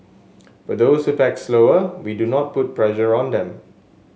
for those who pack slower we do not put pressure on them